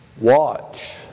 watch